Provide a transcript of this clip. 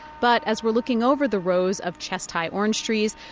but, as we're looking over the rows of chest-high orange trees,